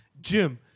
Jim